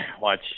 watch